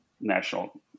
national